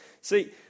See